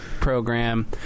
Program